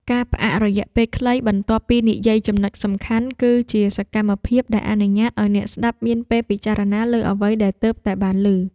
ការផ្អាករយៈពេលខ្លី បន្ទាប់ពីនិយាយចំណុចសំខាន់ គឺជាសកម្មភាពដែលអនុញ្ញាតឱ្យអ្នកស្ដាប់មានពេលពិចារណាលើអ្វីដែលទើបតែបានឮ។